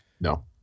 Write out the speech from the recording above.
No